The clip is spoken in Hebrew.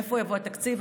מאיפה יבוא התקציב?